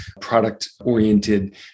product-oriented